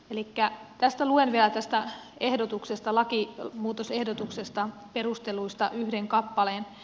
elikkä luen vielä tästä lakimuutosehdotuksen perusteluista yhden kappaleen